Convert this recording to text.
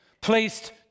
placed